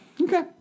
Okay